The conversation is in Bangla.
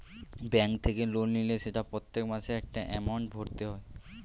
ব্যাঙ্ক থেকে লোন নিলে সেটা প্রত্যেক মাসে একটা এমাউন্ট ভরতে হয়